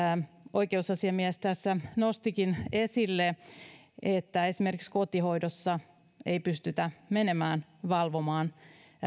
oikeusasiamies tässä nostikin esille että esimerkiksi kotihoidossa ei pystytä menemään valvomaan